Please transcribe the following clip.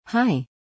Hi